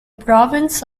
province